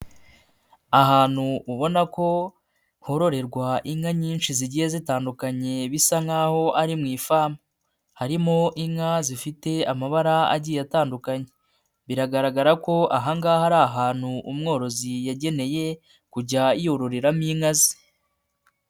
Ahantu ubona ko hororerwa inka nyinshi zigiye zitandukanye bisa nk'aho ari mu ifamu, harimo inka zifite amabara agiye atandukanye, biragaragara ko aha ngaha ari ahantu umworozi yageneye kujya yororeramo inka ze.